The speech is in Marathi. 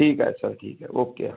ठीक आहे सर ठीक आहे ओके हां